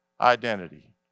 identity